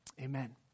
Amen